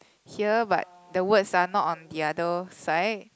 here but the words are not on the other side